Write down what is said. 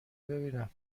ببینم